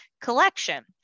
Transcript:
collection